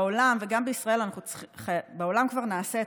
בעולם כבר נעשית,